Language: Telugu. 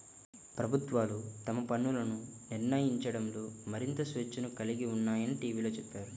ప్రభుత్వాలు తమ పన్నులను నిర్ణయించడంలో మరింత స్వేచ్ఛను కలిగి ఉన్నాయని టీవీలో చెప్పారు